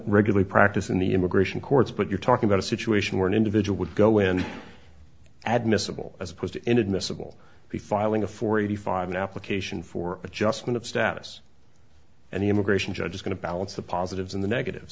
regularly practice in the immigration courts but you're talking about a situation where an individual would go in ad miscible as opposed to inadmissible be filing a forty five an application for adjustment of status and the immigration judge is going to balance the positives and the negatives